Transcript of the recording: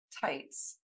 tights